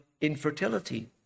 infertility